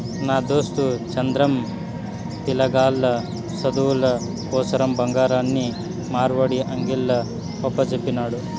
నా దోస్తు చంద్రం, పిలగాల్ల సదువుల కోసరం బంగారాన్ని మార్వడీ అంగిల్ల ఒప్పజెప్పినాడు